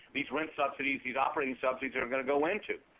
these rent subsidies, these operating subsidies are going to go into.